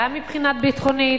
גם מבחינה ביטחונית,